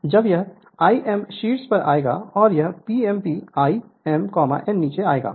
जब यह l m शीर्ष पर आएगा और यह Pmp l m n नीचे आएगा